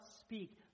speak